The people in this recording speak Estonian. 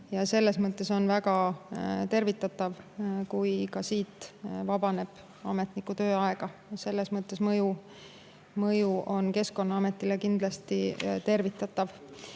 tõmbama. On väga tervitatav, kui ka siit vabaneb ametniku tööaega. Selles mõttes on mõju Keskkonnaametile kindlasti tervitatav.